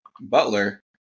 Butler